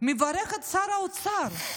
מברך את שר האוצר.